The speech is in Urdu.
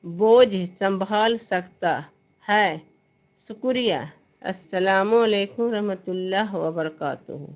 بوجھ سنبھال سکتا ہے شکریہ السلام علیکم رحمتہ اللہ وبرکاتہ